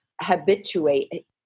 habituate